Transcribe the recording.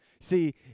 See